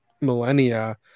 millennia